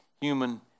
human